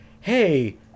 hey